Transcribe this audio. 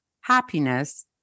happiness